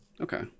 Okay